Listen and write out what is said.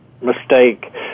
mistake